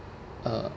uh